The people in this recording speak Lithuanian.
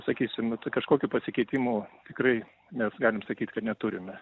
sakysim kažkokių pasikeitimų tikrai mes galim sakyt kad neturime